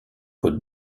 côte